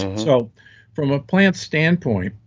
so from a plant standpoint,